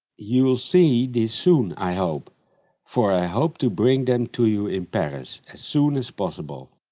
you'll see this soon, i hope for i hope to bring them to you in paris as soon as possible,